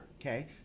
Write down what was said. Okay